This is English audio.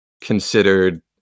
considered